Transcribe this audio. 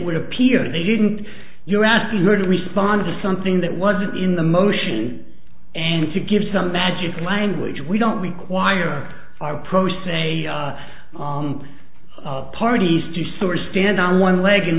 would appear they didn't you're asking her to respond to something that wasn't in the motion and to give some magic language we don't require our pro se on of parties to source stand on one leg and